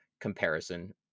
comparison